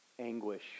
Anguish